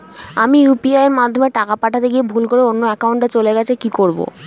আমি ইউ.পি.আই মাধ্যমে টাকা পাঠাতে গিয়ে ভুল করে অন্য একাউন্টে চলে গেছে কি করব?